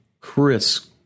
Chris